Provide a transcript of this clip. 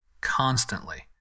constantly